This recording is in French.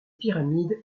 pyramides